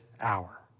hour